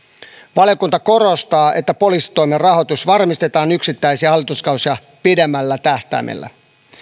valiokunta korostaa että poliisitoimen rahoitus varmistetaan yksittäisiä hallituskausia pidemmällä tähtäimellä